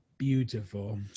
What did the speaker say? beautiful